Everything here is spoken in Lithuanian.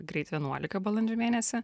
greit vienuolika balandžio mėnesį